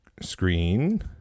screen